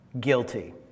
guilty